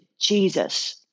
Jesus